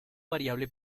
variable